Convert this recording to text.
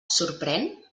sorprèn